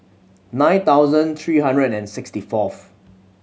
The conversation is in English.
nine thousand three hundred and sixty fourth